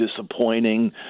disappointing